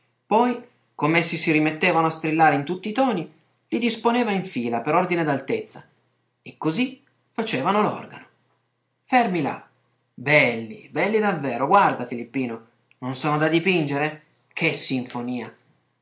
poi com'essi si mettevano a strillare in tutti i toni li disponeva in fila per ordine d'altezza e così facevano l'organo fermi là belli belli davvero guarda filippino non sono da dipingere che sinfonia